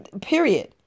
period